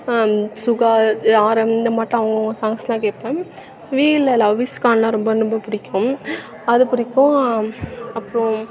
சுகா இது ஆரம் இந்த மாட்டம் அவங்கவுங்க சாங்க்ஸ் எல்லாம் கேட்பேன் வீலை லவ் இஸ் கான்லாம் ரொம்ப ரொம்ப பிடிக்கும் அது பிடிக்கும் அப்புறம்